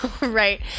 right